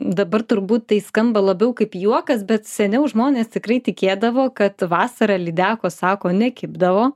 dabar turbūt tai skamba labiau kaip juokas bet seniau žmonės tikrai tikėdavo kad vasarą lydekos sako nekibdavo